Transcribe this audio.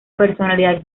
personalidad